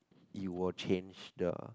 you will change the